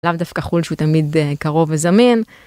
לאו דווקא חול שהוא תמיד קרוב וזמין.